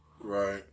right